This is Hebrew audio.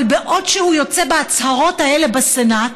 אבל בעוד הוא יוצא בהצהרות האלה בסנאט,